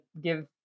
give